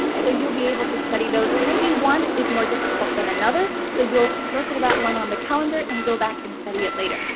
so you'll be able to study those. maybe one is more difficult than another, so you'll circle that one on the calendar, and go back, and study it later.